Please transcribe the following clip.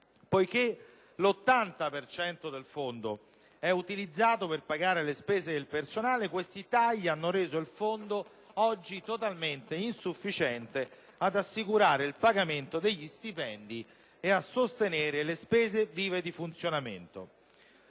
Poiché l'80 per cento del fondo è utilizzato per pagare le spese del personale, questi tagli hanno reso il fondo oggi totalmente insufficiente ad assicurare il pagamento degli stipendi e a sostenere le spese vive di funzionamento.